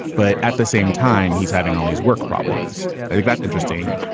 but at the same time, he's having all these work problems. i think that's interesting,